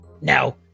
Now